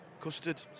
Custard